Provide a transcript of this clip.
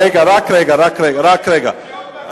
רק רגע,